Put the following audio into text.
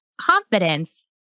confidence